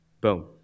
Boom